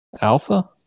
Alpha